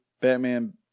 Batman